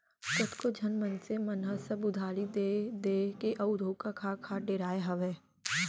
कतको झन मनसे मन ह सब उधारी देय देय के अउ धोखा खा खा डेराय हावय